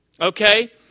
Okay